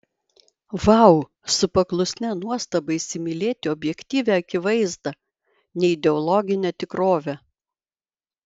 vau su paklusnia nuostaba įsimylėti objektyvią akivaizdą neideologinę tikrovę